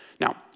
Now